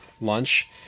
lunch